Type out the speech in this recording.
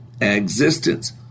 existence